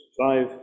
Five